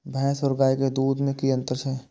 भैस और गाय के दूध में कि अंतर छै?